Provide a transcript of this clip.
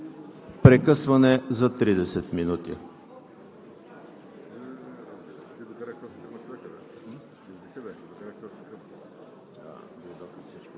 Прекъсване за 30 минути.